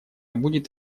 будет